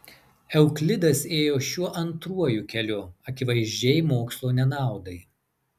euklidas ėjo šiuo antruoju keliu akivaizdžiai mokslo nenaudai